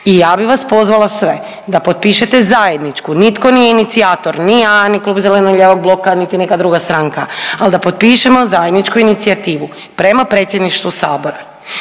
I ja bih vas pozvala sve da potpišete zajedničku, nitko nije inicijator ni ja, ni klub Zeleno-lijevog bloka niti neka druga stranka, ali da potpišemo zajedničku inicijativu prema Predsjedništvu Sabora